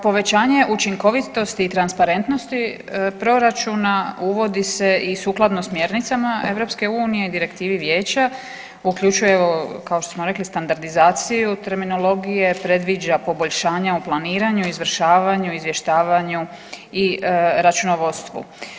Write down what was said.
Povećanje učinkovitosti i transparentnosti proračuna uvodi se i sukladno smjernicama EU i Direktivi Vijeća, uključuje evo kao što smo reklo standardizaciju terminologije, predviđa poboljšanja u planiranju, izvršavanju, izvještavanju i računovodstvu.